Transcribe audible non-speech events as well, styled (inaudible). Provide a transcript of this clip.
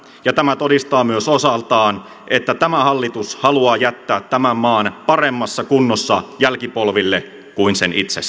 ja tämä todistaa myös osaltaan että tämä hallitus haluaa jättää tämän maan paremmassa kunnossa jälkipolville kuin sen itse (unintelligible)